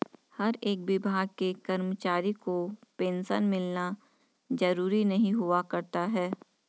हर एक विभाग के कर्मचारी को पेन्शन मिलना जरूरी नहीं हुआ करता है